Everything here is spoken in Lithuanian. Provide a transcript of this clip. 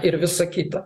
ir visa kita